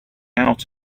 out